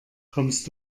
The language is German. kommst